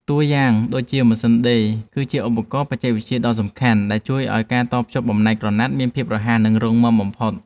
តួយ៉ាងដូចជា ម៉ាស៊ីនដេរគឺជាឧបករណ៍បច្ចេកវិទ្យាដ៏សំខាន់ដែលជួយឱ្យការតភ្ជាប់បំណែកក្រណាត់មានភាពរហ័ស និងរឹងមាំបំផុត។